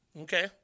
Okay